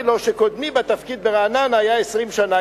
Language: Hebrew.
לו שקודמי בתפקיד ברעננה היה 20 שנה,